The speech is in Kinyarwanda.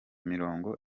mirongo